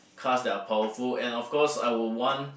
cars that are powerful and of course I would want